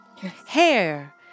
hair